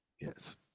Yes